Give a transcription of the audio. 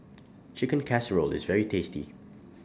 Chicken Casserole IS very tasty